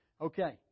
Okay